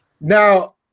Now